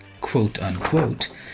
quote-unquote